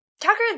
Tucker